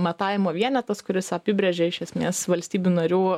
matavimo vienetas kuris apibrėžia iš esmės valstybių narių